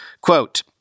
Quote